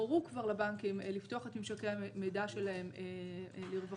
הורו כבר לבנקים לפתוח את ממשקי המידע שלהם לרווחה.